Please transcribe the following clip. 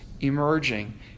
emerging